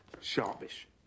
Sharpish